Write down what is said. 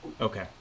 Okay